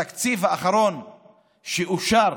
התקציב האחרון שאושר,